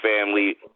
family